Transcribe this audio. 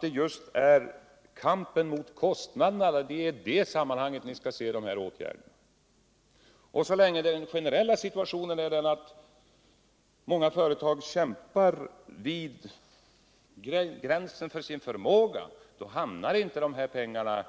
Det är ju i kampen mot kostnaderna som man skall se alla de här åtgärderna. Så länge den generella situationen är den att många företag kämpar vid gränsen av sin förmåga, hamnar dessa pengar inte